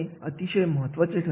हे अतिशय महत्त्वाचे ठरते